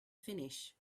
finish